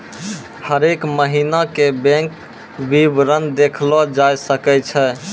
हरेक महिना के बैंक विबरण देखलो जाय सकै छै